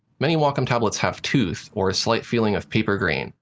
many wacom tablets have tooth, or a slight feeling of paper grain.